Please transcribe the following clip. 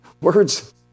words